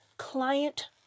client